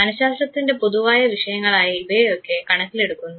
മനഃശാസ്ത്രത്തിൻറെ പൊതുവായ വിഷയങ്ങളായ ഇവയെയൊക്കെ കണക്കിലെടുക്കുന്നു